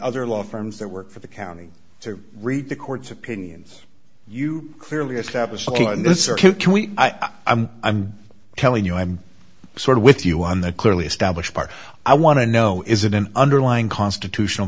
other law firms that work for the county to read the court's opinion you clearly establish i'm telling you i'm sort of with you on the clearly established part i want to know is it an underlying constitutional